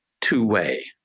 two-way